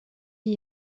die